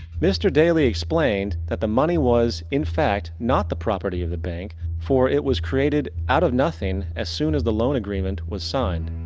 mr. daly explained that the money was, in fact, not the property of the bank. for it was created out of nothing as soon as the loan agreement was signed.